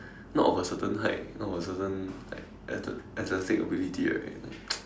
not of a certain height not of a certain like ath~ athletic ability right